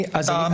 אתה מפריע לו.